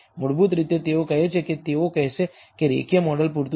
મૂળભૂત રીતે તેઓ કહે છે કે તેઓ કહેશે કે રેખીય મોડેલ પૂરતું છે